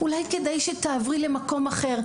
אולי כדאי שתעברי למקום אחר.